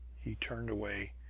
he turned away,